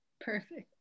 perfect